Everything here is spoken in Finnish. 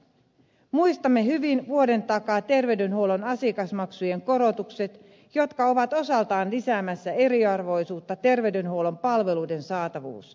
muistamme hyvin vuoden takaa terveydenhuollon asiakasmaksujen korotukset jotka ovat osaltaan lisäämässä eriarvoisuutta terveydenhuollon palveluiden saatavuudessa